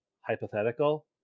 hypothetical